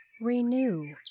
Renew